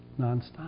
nonstop